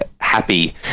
happy